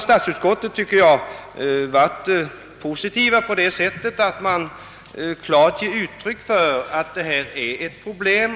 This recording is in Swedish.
Statsutskottet har enligt min uppfattning varit positivt så till vida att det klart givit uttryck åt att detta verkligen är ett problem.